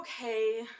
okay